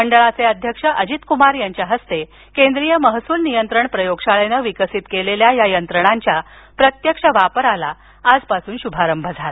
मंडळाचे अध्यक्ष अजीतकुमार यांच्या हस्ते केंद्रीय महसूल नियंत्रण प्रयोगशाळेनं विकसित केलेल्या या यंत्रणांच्या प्रत्यक्ष वापराचा आजपासून शुभारंभ झाला